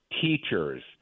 teachers